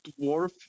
dwarf